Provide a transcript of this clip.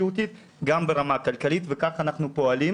גם ברמה הבריאותית וגם ברמה הכלכלית וכך אנחנו פועלים.